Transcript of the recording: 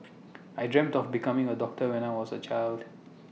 I dreamt of becoming A doctor when I was A child